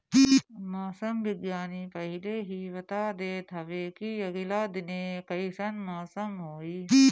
मौसम विज्ञानी पहिले ही बता देत हवे की आगिला दिने कइसन मौसम होई